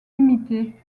imiter